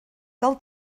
del